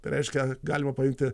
reiškia galima paimti